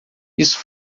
isso